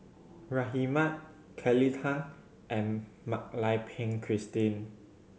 Rahimah Kelly Tang and Mak Lai Peng Christine